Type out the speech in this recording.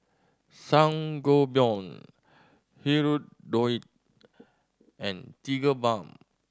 Sangobion Hirudoid and Tigerbalm